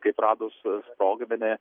kaip radus sprogmenį